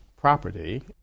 property